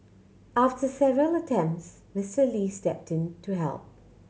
after several attempts Mister Lee stepped in to help